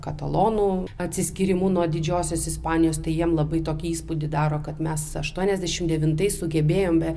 katalonų atsiskyrimu nuo didžiosios ispanijos tai jiem labai tokį įspūdį daro kad mes aštuoniasdešimt devintais sugebėjom be